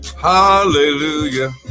Hallelujah